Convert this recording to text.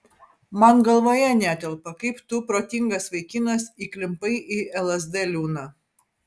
man galvoje netelpa kaip tu protingas vaikinas įklimpai į lsd liūną